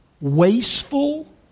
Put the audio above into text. wasteful